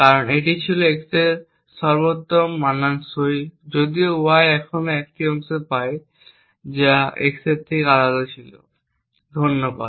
কারণ এটি ছিল x এর জন্য সর্বোত্তম মানানসই যদিও y এখনও একটি অংশ পায় যা x এর থেকে আলাদা ছিল ধন্যবাদ